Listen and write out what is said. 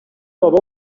بابا